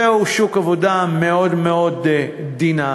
זהו שוק עבודה מאוד מאוד דינמי.